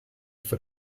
for